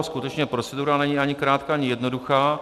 Skutečně procedura není ani krátká, ani jednoduchá.